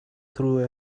through